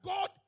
God